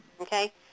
Okay